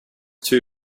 too